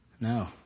No